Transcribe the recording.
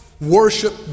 worship